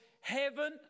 heaven